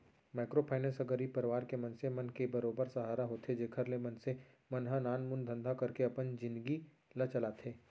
micro finance ह गरीब परवार के मनसे मन के बरोबर सहारा होथे जेखर ले मनसे मन ह नानमुन धंधा करके अपन जिनगी ल चलाथे